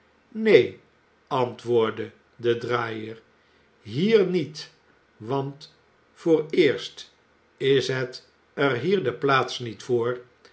neen antwoordde de draaier hier niet want vooreerst is het er hier de plaats niet voor